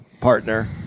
partner